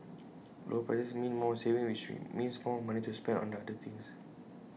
lower prices mean more savings which means more money to spend on other things